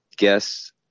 Guess